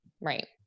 Right